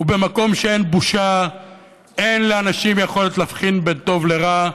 ובמקום שאין בושה אין לאנשים יכולת להבחין בין טוב לרע,